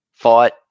fought